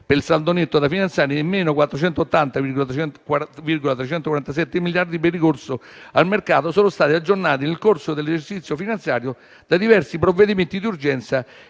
per il saldo netto da finanziare e in -480,347 miliardi per il ricorso al mercato, sono stati aggiornati nel corso dell'esercizio finanziario da diversi provvedimenti di urgenza